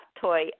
toy